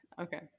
okay